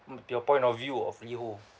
mm your point of view of LiHO